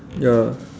ya